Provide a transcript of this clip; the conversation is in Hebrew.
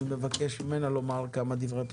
אני מבקש ממנה לומר כמה דברי פתיחה,